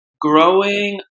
growing